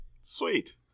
Sweet